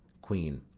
queen.